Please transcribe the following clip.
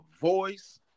Voice